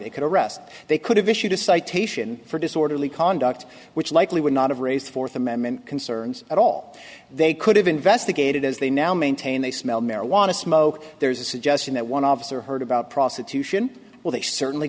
they could arrest they could have issued a citation for disorderly conduct which likely would not have raised fourth amendment concerns at all they could have investigated as they now maintain they smell marijuana smoke there's a suggestion that one officer heard about prostitution well they certainly